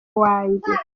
wanjye